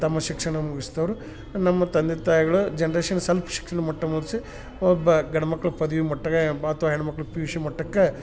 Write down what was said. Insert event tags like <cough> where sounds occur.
ತಮ್ಮ ಶಿಕ್ಷಣವನ್ನು ಮುಗಿಸ್ದವ್ರು ನಮ್ಮ ತಂದೆ ತಾಯಿಗಳ ಜನ್ರೇಷನ್ ಸ್ವಲ್ಪ ಶಿಕ್ಷಣ ಮಟ್ಟ <unintelligible> ಒಬ್ಬ ಗಂಡು ಮಕ್ಳು ಪದವಿ ಮಟ್ಟಕ್ಕ ಮ್ ಅಥ್ವಾ ಹೆಣ್ಣು ಮಕ್ಳು ಪಿ ಯು ಷಿ ಮಟ್ಟಕ್ಕೆ